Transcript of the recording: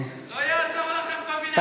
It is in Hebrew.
לא יעזור לכם כל מיני החלטות הזויות מעבר לים,